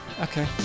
Okay